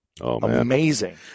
amazing